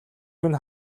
минь